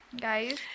guys